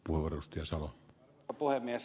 arvoisa puhemies